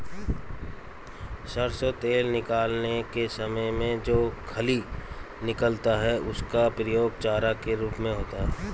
सरसों तेल निकालने के समय में जो खली निकलता है उसका प्रयोग चारा के रूप में होता है